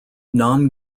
non